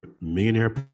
millionaire